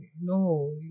no